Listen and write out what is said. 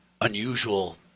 unusual –